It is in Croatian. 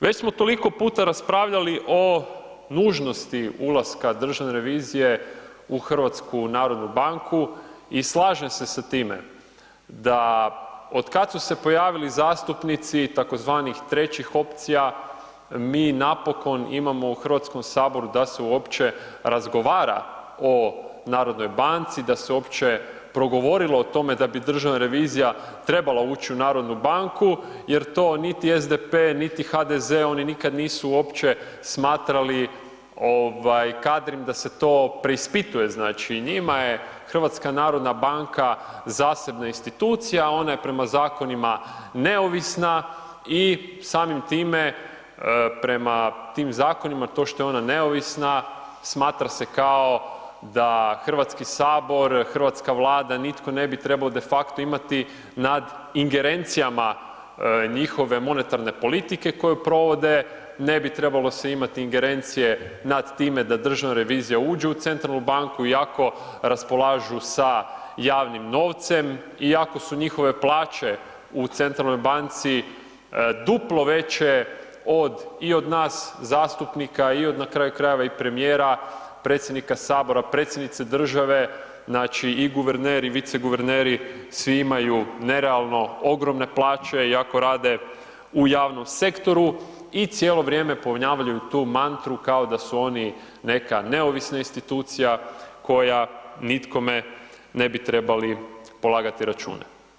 Već smo toliko puta raspravljali o nužnosti ulaska Državne revizije u HNB i slažem se sa time da otkad su se pojavili zastupnici tzv. trećih opcija, mi napokon imamo u Hrvatskom saboru da se uopće razgovora o narodnoj banci, da se uopće progovorilo o tome da bi Državna revizija trebala ući u Narodnu banku jer to niti SDP niti HDZ, oni nikad nisu uopće smatrali kadrim da se to preispituje, znači njima je HNB zasebna institucija, ona je prema zakonima neovisna i samim time prema tim zakonima to što je ona neovisna, smatra se kao da Hrvatski sabor, hrvatska Vlada, nitko ne bi trebao de facto imati nad ingerencijama njihove monetarne politike koje provode, ne bi trebalo se imati ingerencije nad time da Državna revizija uđe u centralnu banku iako raspolažu sa javnim novcem iako su njihove plaće u centralnoj banci duplo veće i od nas zastupnika i od nakraju krajeva i premijera, predsjednika Sabora, predsjednice države, znači i guverneri i vice guverneri, svi imaju nerealno ogromne plaće, iako rade u javnom sektoru i cijelo vrijeme, ponavljaju tu mantra, kao da su oni neka neovisna institucija, koja nikome ne bi trebali polagati račune.